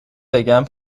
بگم